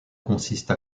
consiste